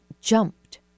jumped